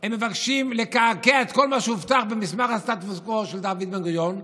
הם מבקשים לקעקע את כל מה שהובטח במסמך הסטטוס קוו של דוד בן-גוריון,